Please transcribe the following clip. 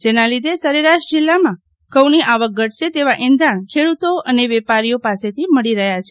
જેના લીધે સરેરાશ જિલ્લામાં ઘઉંની આવક ઘટશે તેવા એંધાણ ખેડૂતો અને વેપારીઓ પાસેથી મળી રહ્યા છે